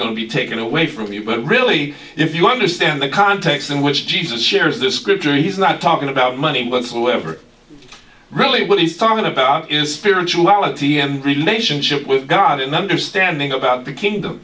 going to be taken away from you but really if you understand the context in which jesus shares this scripture he's not talking about money whatsoever really what he's talking about is spirituality and relationship with god and understanding about the kingdom